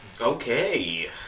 Okay